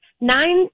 Nine